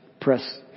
press